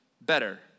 better